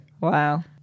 Wow